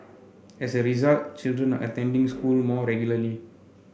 as a result children are attending school more regularly